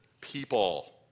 people